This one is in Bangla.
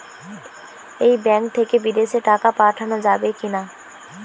এই ব্যাঙ্ক থেকে বিদেশে টাকা পাঠানো যাবে কিনা?